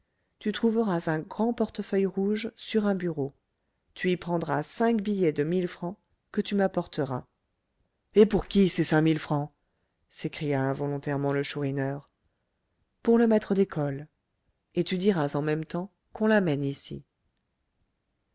tu trouveras un grand portefeuille rouge sur un bureau tu y prendras cinq billets de mille francs que tu m'apporteras et pour qui ces cinq mille francs s'écria involontairement le chourineur pour le maître d'école et tu diras en même temps qu'on l'amène ici